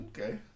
Okay